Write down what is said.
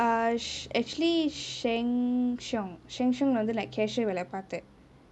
err actually Sheng Siong Sheng Siong லே வந்து:le vanthu like cashier வேலே பாத்தே:velae paathae